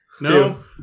No